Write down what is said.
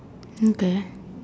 who the